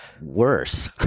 worse